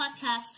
podcast